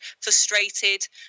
frustrated